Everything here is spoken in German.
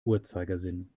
uhrzeigersinn